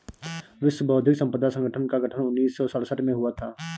विश्व बौद्धिक संपदा संगठन का गठन उन्नीस सौ सड़सठ में हुआ था